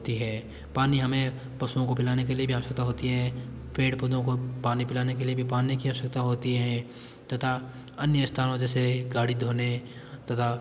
होती है पानी हमें पशुओं को पिलाने के लिए भी आवश्यकता होती है पेड़ पौधों को पानी पिलाने के लिए भी पानी की आवश्यकता होती है तथा अन्य स्थानों जैसे गाड़ी धोने तथा